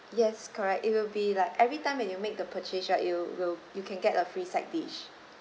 yes correct it will be like every time when you make the purchase right you will you can get a free side dish